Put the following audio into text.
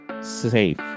safe